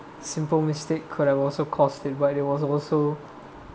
simple mistake could I also cost it but it was also